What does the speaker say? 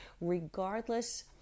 regardless